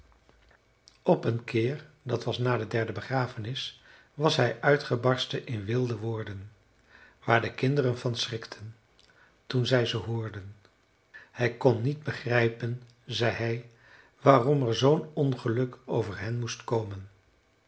op een keer dat was na de derde begrafenis was hij uitgebarsten in wilde woorden waar de kinderen van schrikten toen zij ze hoorden hij kon niet begrijpen zei hij waarom er zoo'n ongeluk over hen moest komen